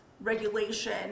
regulation